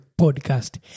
podcast